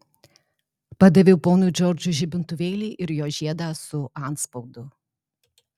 padaviau ponui džordžui žibintuvėlį ir jo žiedą su antspaudu